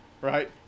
right